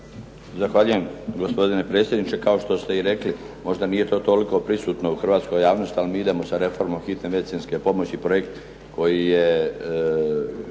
Zahvaljujem gospodine predsjedniče. Kao što ste i rekli možda nije to toliko prisutno u hrvatskoj javnosti ali mi idemo sa reformom hitne medicinske pomoći, projekt koji je